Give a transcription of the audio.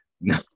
No